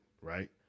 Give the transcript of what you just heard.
right